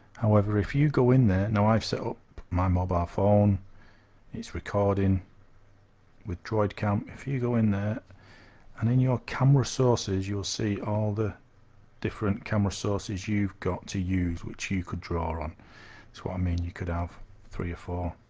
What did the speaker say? however if you go in there now i've so my mobile phone its recording with droidcam if you go in there and then your camera sources you'll see all the different camera sources you've got to use which you could draw on so i mean you could have three or four